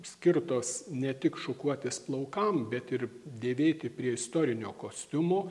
skirtos ne tik šukuotis plaukam bet ir dėvėti prie istorinio kostiumo